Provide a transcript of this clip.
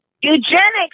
Eugenics